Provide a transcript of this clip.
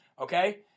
Okay